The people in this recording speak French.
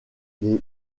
les